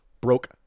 broke